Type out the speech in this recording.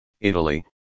Italy